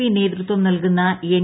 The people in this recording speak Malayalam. പി നേതൃത്വം നൽകുന്ന എൻ